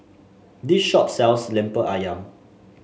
this shop sells lemper ayam